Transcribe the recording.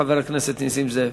חבר הכנסת נסים זאב.